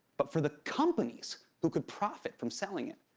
but for the companies who could profit from selling it.